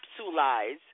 capsulize